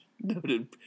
Noted